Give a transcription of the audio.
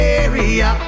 area